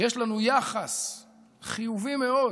ויש לנו יחס חיובי מאוד,